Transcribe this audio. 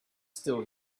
still